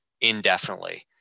indefinitely